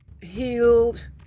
healed